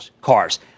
cars